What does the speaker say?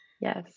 Yes